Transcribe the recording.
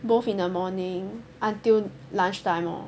both in the morning until lunch time lor